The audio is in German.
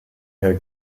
herr